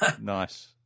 Nice